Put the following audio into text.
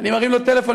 אני מרים לו טלפון,